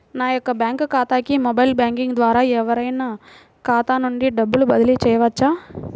నా యొక్క బ్యాంక్ ఖాతాకి మొబైల్ బ్యాంకింగ్ ద్వారా ఎవరైనా ఖాతా నుండి డబ్బు బదిలీ చేయవచ్చా?